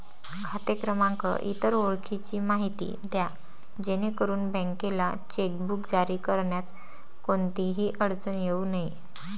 खाते क्रमांक, इतर ओळखीची माहिती द्या जेणेकरून बँकेला चेकबुक जारी करण्यात कोणतीही अडचण येऊ नये